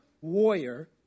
warrior